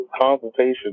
consultation